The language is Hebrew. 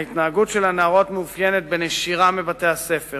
ההתנהגות של הנערות מתאפיינת בנשירה מבתי-הספר,